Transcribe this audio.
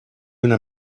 una